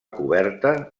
coberta